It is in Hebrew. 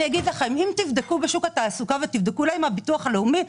אם תבדקו בשוק התעסוקה ותבדקו אולי עם הביטוח הלאומי,